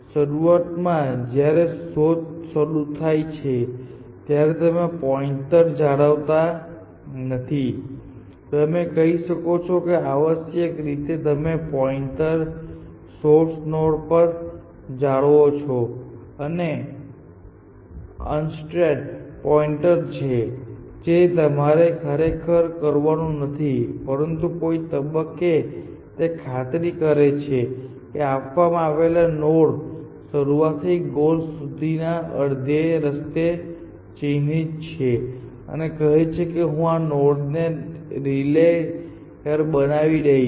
શરૂઆતમાં જ્યારે શોધ શરૂ થાય છે ત્યારે તમે પોઇન્ટર જાળવતા નથી તમે કહી શકો છો કે આવશ્યકરીતે તમે પોઇન્ટર સોર્સ નોડ પર જાળવો છો અને અનસેસ્ટર પોઇન્ટર જે તમારે ખરેખર કરવાનું નથી પરંતુ કોઈક તબક્કે તે ખાતરી કરે છે કે આપવામાં આવેલા નોડ શરૂઆતથી ગોલ સુધીના અડધા રસ્તે ચિહ્નિત છે અને કહે છે કે હું આ નોડને રિલે લેયર બનાવી દઈશ